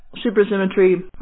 supersymmetry